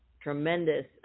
tremendous